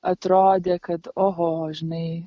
atrodė kad oho žinai